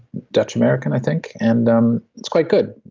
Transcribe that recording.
dutch-american, i think, and um it's quite good.